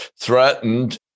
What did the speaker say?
threatened